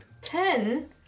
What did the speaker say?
Ten